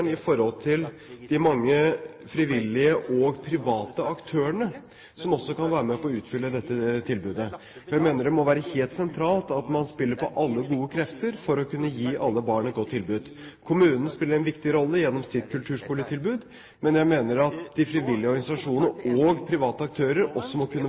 de mange frivillige og private aktørene som også kan være med på å utfylle dette tilbudet. Jeg mener det må være helt sentralt at man spiller på alle gode krefter for å kunne gi alle barn et godt tilbud. Kommunen spiller en viktig rolle gjennom sitt kulturskoletilbud, men jeg mener at de frivillige organisasjonene og private aktører også må kunne